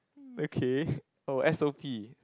okay oh S_O_P